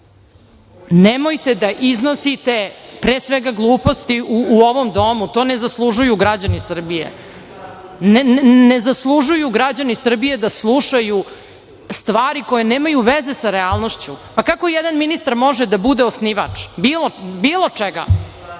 nemojte da iznosite, pre svega, gluposti u ovom domu. To ne zaslužuju građani Srbije. Ne zaslužuju građani Srbije da slušaju stvari koje nemaju veze sa realnošću. Pa, kako jedan ministar može da bude osnivač bilo čega?